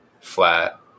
flat